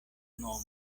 nomo